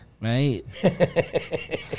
Right